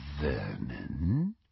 Vernon